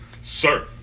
Sir